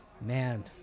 Man